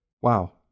wow